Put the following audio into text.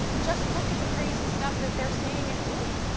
just look at the crazy stuff that they're saying and doing.